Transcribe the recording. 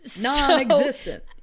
non-existent